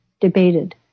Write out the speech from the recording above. debated